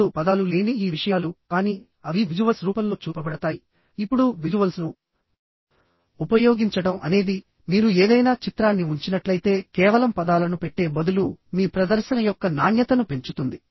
ఇప్పుడు పదాలు లేని ఈ విషయాలు కానీ అవి విజువల్స్ రూపంలో చూపబడతాయి ఇప్పుడు విజువల్స్ను ఉపయోగించడం అనేది మీరు ఏదైనా చిత్రాన్ని ఉంచినట్లయితే కేవలం పదాలను పెట్టే బదులు మీ ప్రదర్శన యొక్క నాణ్యతను పెంచుతుంది